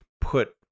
put